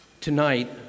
Tonight